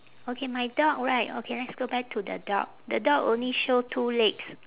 okay my dog right okay let's go back to the dog the dog only show two legs